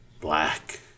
black